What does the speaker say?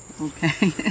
Okay